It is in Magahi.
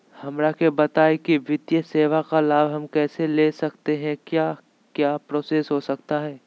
हमरा के बताइए की वित्तीय सेवा का लाभ हम कैसे ले सकते हैं क्या क्या प्रोसेस हो सकता है?